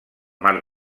mar